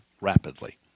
rapidly